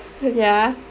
ya